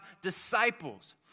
disciples